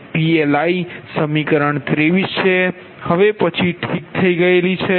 તેથી જો PLi સમીકરણ હવે પછી ઠીક થઈ ગઈ છે